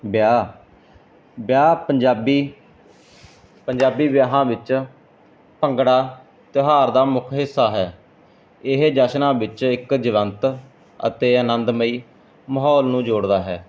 ਵਿਆਹ ਵਿਆਹ ਪੰਜਾਬੀ ਪੰਜਾਬੀ ਵਿਆਹਾਂ ਵਿੱਚ ਭੰਗੜਾ ਤਿਉਹਾਰ ਦਾ ਮੁੱਖ ਹਿੱਸਾ ਹੈ ਇਹ ਜਸ਼ਨਾਂ ਵਿੱਚ ਇੱਕ ਜਵੰਤ ਅਤੇ ਅਨੰਦ ਮਈ ਮਾਹੌਲ ਨੂੰ ਜੋੜਦਾ ਹੈ